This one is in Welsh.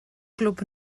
glwb